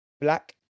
black